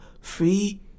free